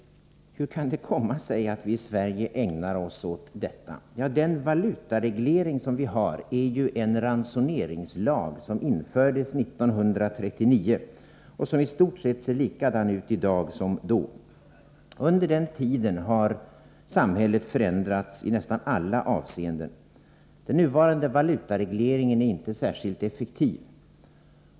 Hur kan det komma sig att vi i Sverige ägnar oss åt sådana här saker? Den valutareglering som vi har är ju en ransoneringslag som gäller sedan 1939 och som i stort sett ser likadan ut i dag. Under tiden har samhället förändrats i nästan alla avseenden. Den nuvarande valutaregleringen är inte särskilt effektiv.